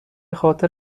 خاطر